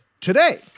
today